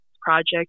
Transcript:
project